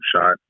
shot